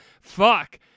Fuck